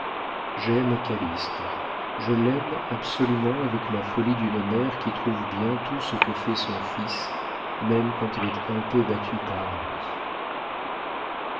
j'aime calyste je l'aime absolument avec la folie d'une mère qui trouve bien tout ce que fait son fils même quand elle est un peu battue par lui